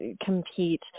compete